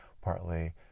partly